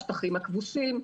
השטחים הכבושים,